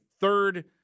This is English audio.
third